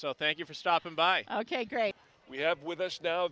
so thank you for stopping by ok great we have with us now